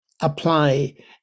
apply